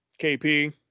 KP